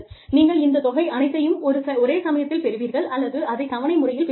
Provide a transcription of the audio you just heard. நீங்கள் இந்த தொகை அனைத்தையும் ஒரே சமயத்தில் பெறுவீர்கள் அல்லது அதைத் தவணை முறையில் பெறுவீர்கள்